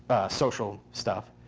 social stuff.